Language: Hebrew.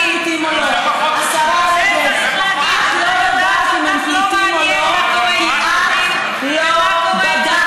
לא יודעת אם הם פליטים או לא כי לא בדקת.